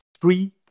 three